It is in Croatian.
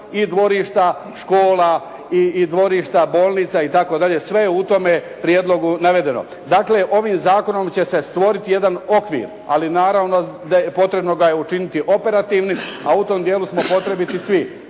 i dvorišta škola i dvorišta bolnica itd. Sve je u tome prijedlogu navedeno. Dakle, ovim zakonom će se stvoriti jedan okvir, ali naravno potrebno ga je učiniti operativnim, a u tom dijelu smo potrebiti svi.